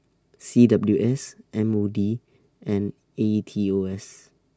C W S M O D and A E T O S